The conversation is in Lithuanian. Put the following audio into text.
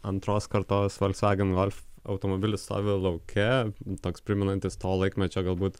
antros kartos volksvagen golf automobilis stovi lauke toks primenantis to laikmečio galbūt